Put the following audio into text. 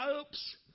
oops